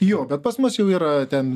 jo bet pas mus jau yra ten